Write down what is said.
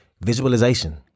visualization